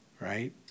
right